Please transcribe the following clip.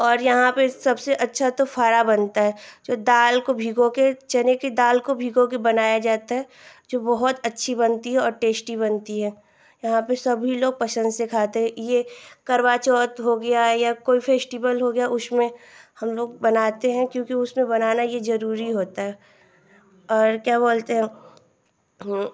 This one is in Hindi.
और यहाँ पर सबसे अच्छा तो फाड़ा बनता है जो दाल को भिगोकर चने की दाल को भिगोकर बनाया जाता है जो बहुत अच्छी बनती है टेस्टी बनती है यहाँ पर सभी लोग पसन्द से खाते हैं यह करवाचौथ हो गया या कोई फेस्टिवल हो गया उसमें हमलोग बनाते हैं क्योंकि उसमें बनाना यह जरूरी होता है और क्या बोलते हैं